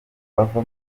bava